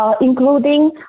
including